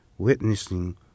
Witnessing